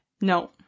no